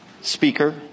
speaker